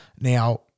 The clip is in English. Now